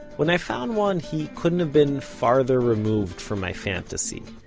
when i found one, he couldn't have been farther removed from my fantasy.